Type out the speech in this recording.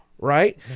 right